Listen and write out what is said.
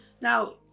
now